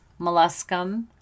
molluscum